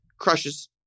crushes